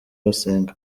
basenga